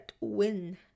win